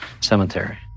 cemetery